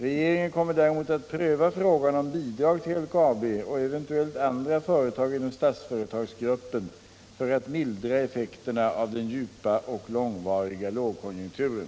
Regeringen kommer däremot att pröva frågan om bidrag till LKAB och eventuellt andra företag inom Statsföretagsgruppen för att mildra effekterna av den djupa och långvariga lågkonjunkturen.